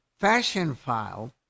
Fashionfile